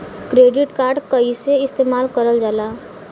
Credit card कईसे इस्तेमाल करल जाला?